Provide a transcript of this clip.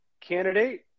candidate